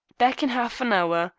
back in half-an-hour.